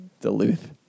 Duluth